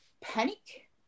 panic